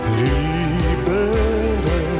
libere